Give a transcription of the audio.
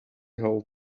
hall